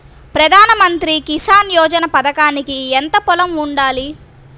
ప్రధాన మంత్రి కిసాన్ యోజన పథకానికి ఎంత పొలం ఉండాలి?